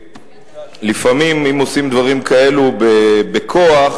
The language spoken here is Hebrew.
שלפעמים אם עושים דברים כאלה בכוח,